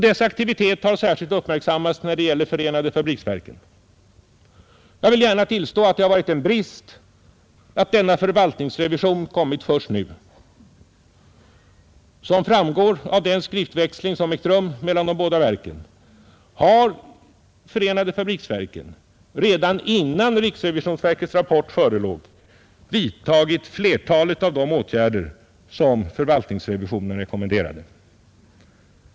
Dess aktivitet har särskilt uppmärksammats när det gäller förenade fabriksverken. Jag vill gärna tillstå att det varit en brist att denna förvaltningsrevision kommit först nu. Som framgår av den skriftväxling som ägt rum mellan de båda verken har förenade fabriksverken, redan innan riksrevisionens rapport förelåg, vidtagit flertalet av de åtgärder som förvaltningsrevisionen rekommenderade.